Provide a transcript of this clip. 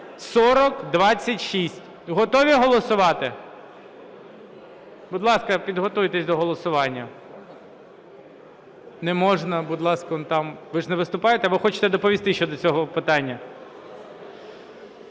4026). Готові голосувати? Будь ласка, підготуйтесь до голосування. Не можна, будь ласка, он там... Ви ж не виступаєте або хочете доповісти щодо цього питання?